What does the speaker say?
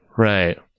Right